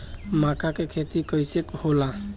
मका के खेती कइसे होला?